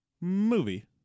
Movie